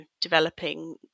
developing